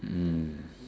mm